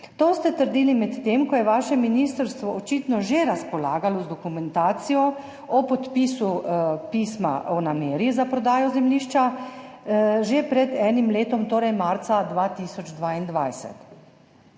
To ste trdili, medtem ko je vaše ministrstvo očitno že razpolagalo z dokumentacijo o podpisu pisma o nameri za prodajo zemljišča že pred enim letom, torej marca 2022.